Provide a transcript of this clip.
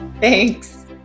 Thanks